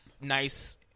nice